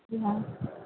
जी हाँ